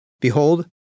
behold